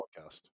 podcast